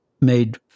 made